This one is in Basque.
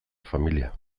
familia